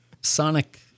Sonic